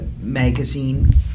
magazine